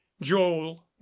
joel